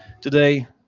today